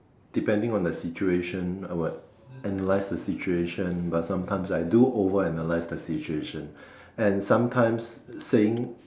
depending on the situation I would analyse the situation but sometimes I do over-analyse the situation and sometimes saying